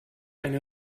eine